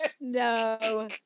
no